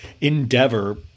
endeavor